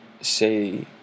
say